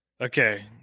Okay